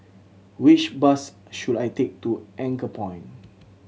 which bus should I take to Anchorpoint